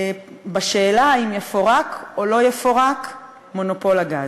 בשאלה האם יפורק או לא יפורק מונופול הגז.